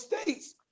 state's